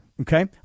Okay